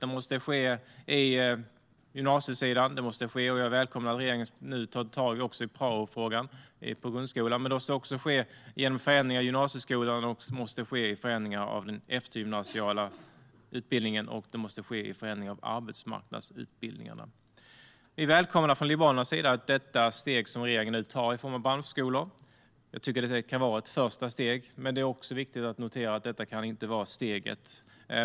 Det måste ske på gymnasiesidan, det måste ske i grundskolan och jag välkomnar att regeringen nu också tar tag i praofrågan. Det måste också ske i en förändring av gymnasieskolan, den eftergymnasiala utbildningen och arbetsmarknadsutbildningarna. Från Liberalernas sida välkomnar vi det steg regeringen tar i form av branschskolor. Vi tycker att det kan vara ett första steg, men det är också viktigt att notera att detta inte kan vara det enda steget.